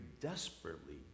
desperately